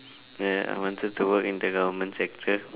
yeah I wanted to work in the government sector